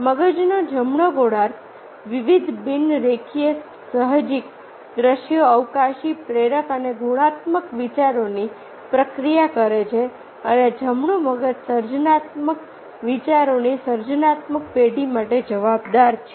મગજનો જમણો ગોળાર્ધ વિવિધ બિન રેખીય સાહજિક દ્રશ્ય અવકાશી પ્રેરક અને ગુણાત્મક વિચારોની પ્રક્રિયા કરે છે અને જમણું મગજ સર્જનાત્મક વિચારોની સર્જનાત્મક પેઢી માટે જવાબદાર છે